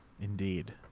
indeed